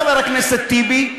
חבר הכנסת טיבי,